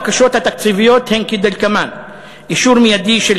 הבקשות התקציביות הן כדלקמן: אישור מיידי של